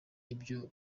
ibyo